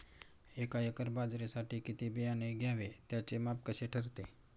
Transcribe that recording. एका एकर बाजरीसाठी किती बियाणे घ्यावे? त्याचे माप कसे ठरते?